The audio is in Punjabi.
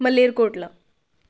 ਮਲੇਰਕੋਟਲਾ